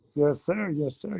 yes, sir. yes,